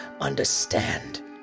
understand